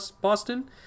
Boston